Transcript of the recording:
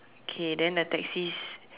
okay then the taxis